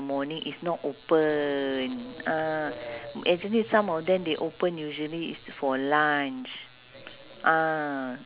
oh sell nasi lemak all types varieties of nasi you know lah with hotdog lah with otah otah lah all that then okay lah we just try